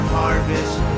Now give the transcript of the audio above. harvest